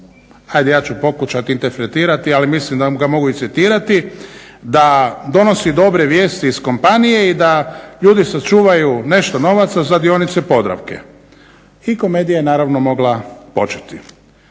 hajde ja ću pokušati interpretirati, ali mislim da vam ga mogu i citirati, da donosi dobre vijesti iz kompanije i da ljudi sačuvaju nešto novaca za dionice Podravke. I komedija je naravno mogla početi.